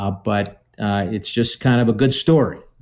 ah but it's just kind of a good story.